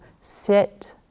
sit